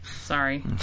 Sorry